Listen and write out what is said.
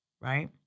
right